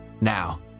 Now